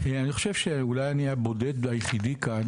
אני חושב שאולי אני אהיה הבודד והיחידי כאן,